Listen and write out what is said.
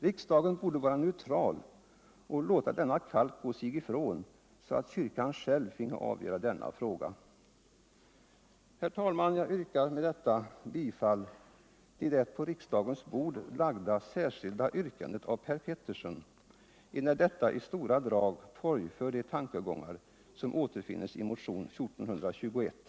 Riksdagen borde vara neutral och låta denna kalk gå sig ifrån, så att kyrkan själv får avgöra denna fråga. Herr talman! Med det sagda yrkar jag bifall till det på riksdagens bord lagda särskilda yrkandet av Per Petersson, enär detta i stora drag tworgför de tankegångar som återfinns i motionen 1421.